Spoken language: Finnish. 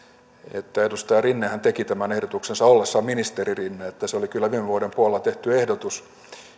että edustaja rinnehän teki tämän ehdotuksensa ollessaan ministeri rinne niin että se oli kyllä viime vuoden puolella tehty ehdotus